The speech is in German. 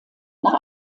nach